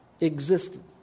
existed